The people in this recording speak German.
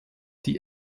die